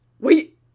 Wait